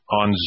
on